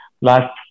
last